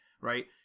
right